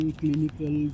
clinical